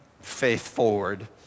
faith-forward